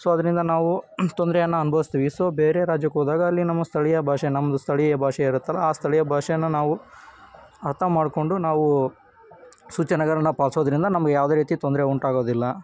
so ಅದರಿಂದ ನಾವು ತೊಂದರೆಯನ್ನ ಅನುಭವ್ಸ್ತೀವಿ ಸೊ ಬೇರೆ ರಾಜ್ಯಕ್ಕೆ ಹೋದಾಗ ಅಲ್ಲಿ ನಮ್ಮ ಸ್ಥಳೀಯ ಭಾಷೆ ನಮ್ಮದು ಸ್ಥಳೀಯ ಭಾಷೆ ಇರುತ್ತಲ್ಲ ಆ ಸ್ಥಳೀಯ ಭಾಷೆಯನ್ನ ನಾವು ಅರ್ಥ ಮಾಡ್ಕೊಂಡು ನಾವು ಸೂಚನೆಗಳನ್ನ ಪಾಲಿಸೋದ್ರಿಂದ ನಮ್ಗೆ ಯಾವುದೇ ರೀತಿ ತೊಂದರೆ ಉಂಟಾಗೋದಿಲ್ಲ